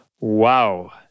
Wow